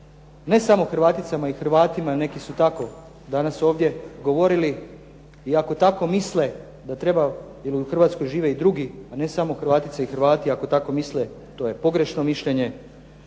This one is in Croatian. ne samo Hrvaticama i Hrvatima, neki su tako danas ovdje govorili, i ako tako misle da treba, jer u Hrvatskoj žive i drugi, a ne samo Hrvatice i Hrvati, ako tako misle to je pogrešno mišljenje.